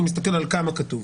אני מסתכל על כמה כתוב.